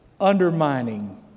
undermining